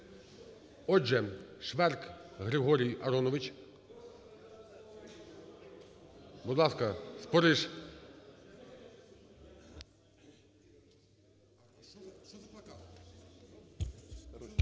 Отже, Шверк Григорій Аронович. Будь ласка, Спориш.